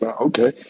Okay